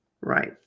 right